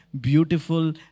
beautiful